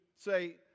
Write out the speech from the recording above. say